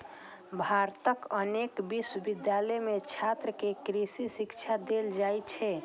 भारतक अनेक विश्वविद्यालय मे छात्र कें कृषि शिक्षा देल जाइ छै